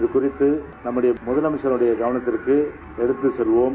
அகுகறித்து நம்முடைய முதலமைச்சரின் கவனத்திற்கு எடுத்துச் செல்வோம்